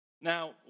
Now